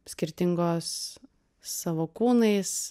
skirtingos savo kūnais